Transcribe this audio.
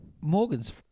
Morgan's